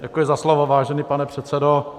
Děkuji za slovo, vážený pane předsedo.